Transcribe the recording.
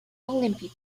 olympic